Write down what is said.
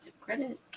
credit